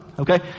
Okay